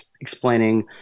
explaining